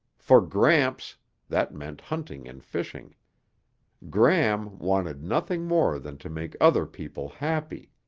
for gramps that meant hunting and fishing gram wanted nothing more than to make other people happy.